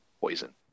poison